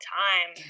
time